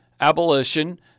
abolition